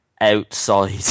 outside